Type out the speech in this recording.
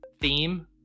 theme